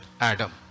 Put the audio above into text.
Adam